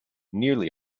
nearly